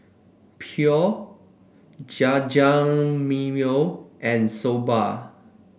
Pho Jajangmyeon and Soba